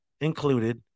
included